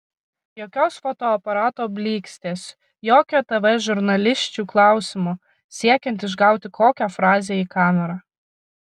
jokios fotoaparato blykstės jokio tv žurnalisčių klausimo siekiant išgauti kokią frazę į kamerą